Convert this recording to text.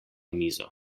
mizo